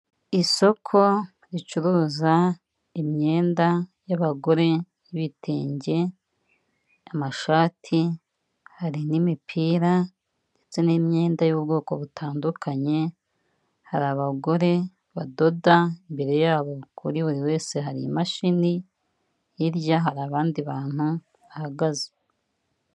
Isoko ricuruza imyenda y'abagore y'ibitenge, amashati, hari n'imipira ndetse n'imyenda y'ubwoko butandukanye. Hari abagore badoda, imbere yabo kuri buri wese hari imashini. Hirya hari abandi bantu bahagaze.